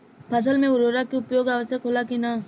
फसल में उर्वरक के उपयोग आवश्यक होला कि न?